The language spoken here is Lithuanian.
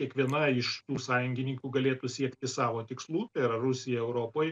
kiekviena iš tų sąjungininkių galėtų siekti savo tikslų tai yra rusija europoj